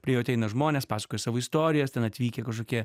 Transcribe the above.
prie jų ateina žmonės pasakoja savo istorijas ten atvykę kažkokie